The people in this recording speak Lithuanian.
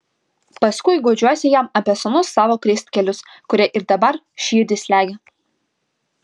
paskui guodžiuosi jam apie senus savo klystkelius kurie ir dabar širdį slegia